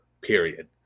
Period